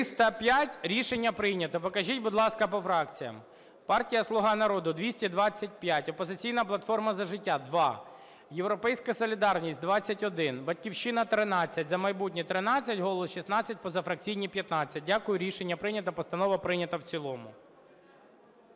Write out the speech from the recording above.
За-305 Рішення прийнято. Покажіть, будь ласка, по фракціях. Партія "Слуга народу" – 225, "Опозиційна платформа - За життя" – 2, "Європейська солідарність" – 21, "Батьківщина" – 13, "За майбутнє" – 13, "Голос" – 16, позафракційні – 15. Дякую. Рішення прийнято. Постанова прийнята в цілому.